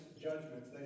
judgments